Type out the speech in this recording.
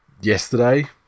yesterday